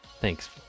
Thanks